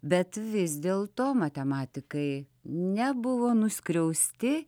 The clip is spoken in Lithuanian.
bet vis dėl to matematikai nebuvo nuskriausti